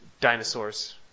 dinosaurs